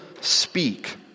speak